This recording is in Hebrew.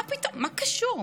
מה פתאום, מה קשור?